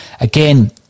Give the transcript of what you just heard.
Again